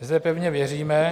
Zde pevně věříme...